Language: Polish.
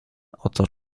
oto